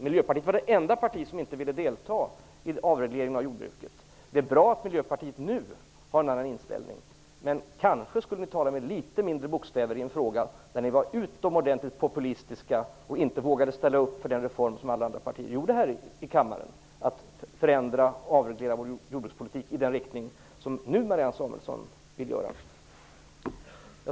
Miljöpartiet var det enda parti som inte ville delta vid avregleringen av jordbruket. Det är bra att Miljöpartiet nu har en annan inställning, men kanske skulle ni tala med litet mindre bokstäver i denna fråga, där ni var utomordentligt populistiska och inte vågade ställa upp på reformen som alla andra partier gjorde här i kammaren. Det gällde att förändra och avreglera jordbrukspolitiken i den riktning som Marianne Samuelsson nu vill göra.